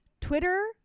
Twitter